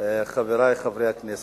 חברי חברי הכנסת,